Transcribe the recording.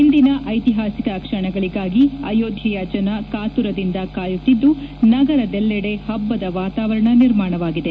ಇಂದಿನ ಐತಿಹಾಸಿಕ ಕ್ಷಣಗಳಿಗಾಗಿ ಆಯೋಧ್ಯೆಯ ಜನ ಕಾತುರದಿಂದ ಕಾಯುತ್ತಿದ್ದು ನಗರದೆಲ್ಲೆಡೆ ಹಬ್ಬದ ವಾತಾವರಣ ನಿರ್ಮಾಣವಾಗಿದೆ